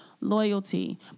loyalty